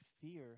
fear